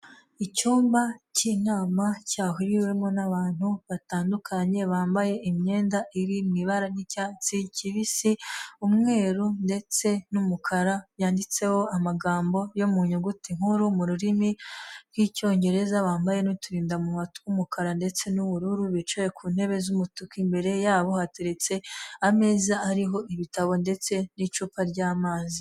Icyumba cy'inama cyahuriwemo n'abantu batandukanye bambaye imyenda iri mu ibara ry'icyatsi kibisi umweru ndetse n'umukara yanditseho amagambo yo munyuguti nkuru mu rurimi rw'icyongereza bambaye n'uturindamunwa tw'umukara ndetse n'ubururu bicaye ku ntebe z'umutuku, imbere yabo hateretse ameza ariho ibitabo ndetse n'icupa ry'amazi.